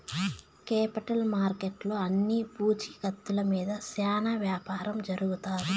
capital మార్కెట్లో అన్ని పూచీకత్తుల మీద శ్యానా యాపారం జరుగుతాయి